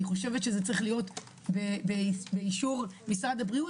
אני חושבת שזה צריך להיות באישור משרד הבריאות,